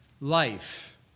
life